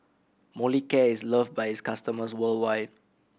Molicare is loved by its customers worldwide